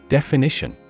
Definition